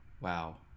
wow